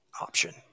option